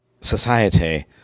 society